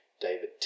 David